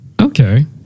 Okay